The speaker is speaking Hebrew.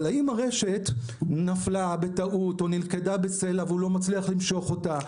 אבל אם הרשת נפלה בטעות או נלכדה בסלע והוא לא מצליח למשוך אותה,